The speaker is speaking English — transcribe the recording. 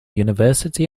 university